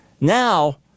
Now